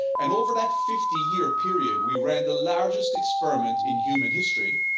and over that fifty year period, we ran the largest experiment in human history